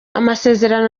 amasezerano